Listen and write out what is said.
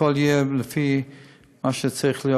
שהכול יהיה לפי מה שצריך להיות,